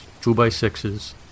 two-by-sixes